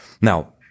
Now